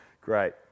great